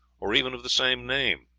or even of the same name.